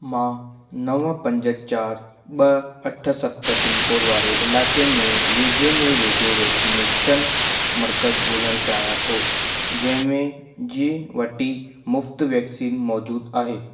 मां नव पंज चार ॿ अठ सत पिनकोड वारे इलाइक़े में वेझे में वेझो वैक्सीनेशन मर्कज़ु ॻोल्हणु चाहियां थो जंहिं में जी वटी मुफ़्तु वैक्सीन मौजूदु आहे